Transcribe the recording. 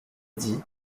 dit